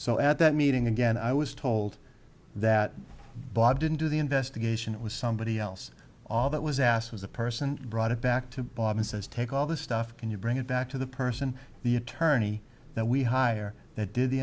so at that meeting again i was told that bob didn't do the investigation it was somebody else all that was asked was the person brought it back to bob and says take all this stuff can you bring it back to the person the attorney that we hire that did the